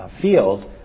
field